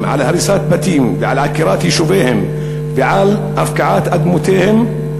על הריסת בתים ועל עקירת יישובים ועל הפקעת אדמותיהם,